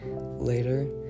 later